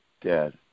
Dad